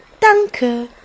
Danke